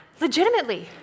legitimately